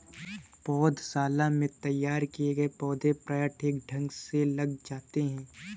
पौधशाला में तैयार किए गए पौधे प्रायः ठीक ढंग से लग जाते हैं